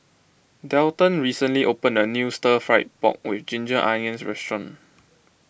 Delton recently opened a new Stir Fry Pork with Ginger Onions Restaurant